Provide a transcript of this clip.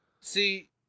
See